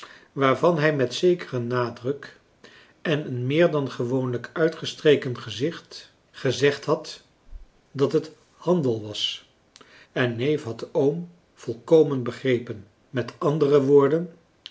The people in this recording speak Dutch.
waarvan hij met een zekeren nadruk en een meer dan gewoonlijk uitgestreken gezicht gezegd had dat het handel was en neef had oom volkomen begrepen met andere woorden